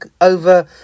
over